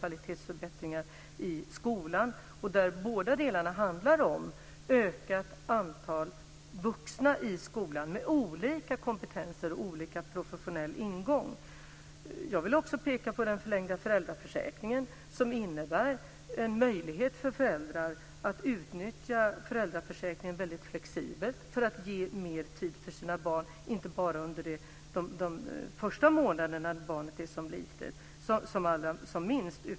Det handlar i båda fallen om ökat antal vuxna i skolan, med olika kompetenser och olika professionell ingång. Jag vill också peka på den förlängda föräldraförsäkringen, som innebär en möjlighet för föräldrar att utnyttja föräldraförsäkringen väldigt flexibelt, så att de få mer tid för sina barn. Det gäller inte bara under de första månaderna då barnet är som minst.